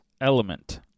element